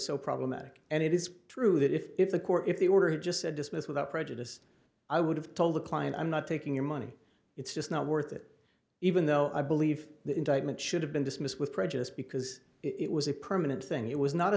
so problematic and it is true that if the court if the order just said dismissed without prejudice i would have told the client i'm not taking your money it's just not worth it even though i believe the indictment should have been dismissed with prejudice because it was a permanent thing it was not a